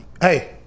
hey